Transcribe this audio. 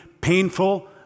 painful